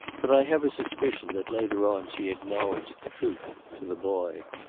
but i have a suspicion that later on she acknowledged the truth to the boy.